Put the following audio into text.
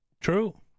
True